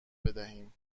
بدهیم